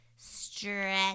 Stretch